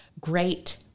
great